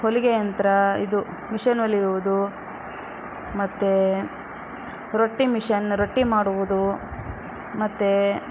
ಹೊಲಿಗೆ ಯಂತ್ರ ಇದು ಮಿಷನ್ ಹೊಲಿಯುದು ಮತ್ತೆ ರೊಟ್ಟಿ ಮಿಷನ್ ರೊಟ್ಟಿ ಮಾಡುವುದು ಮತ್ತೆ